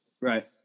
right